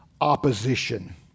opposition